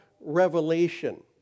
revelation